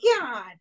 God